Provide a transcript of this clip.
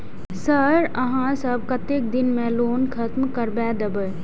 Sir यहाँ सब कतेक दिन में लोन खत्म करबाए देबे?